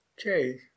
okay